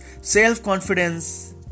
self-confidence